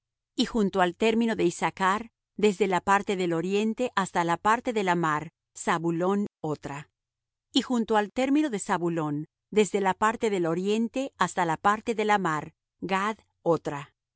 y junto al término de issachr desde la parte del oriente hasta la parte de la mar zabulón otra y junto al término de zabulón desde la parte del oriente hasta la parte de la mar gad otra